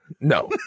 No